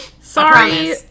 Sorry